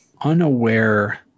unaware